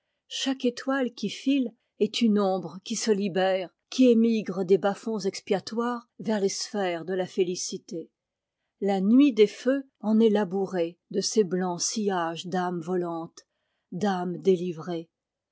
chaque étoile qui file est une ombre qui se libère qui émigre des bas-fonds expiatoires vers les sphères de la félicité la nuit des feux en est labourée de ces blancs sillages d'âmes volantes d'âmes délivrées